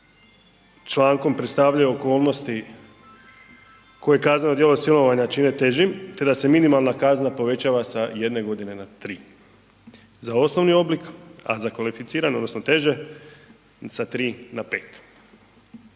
člankom predstavljaju okolnosti koje kazneno djelo silovanja čine težim te da se minimalna kazna povećava sa jedne godine na tri za osnovni oblik, a za kvalificirano odnosno teže sa tri na pet,